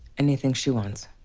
anything she wants.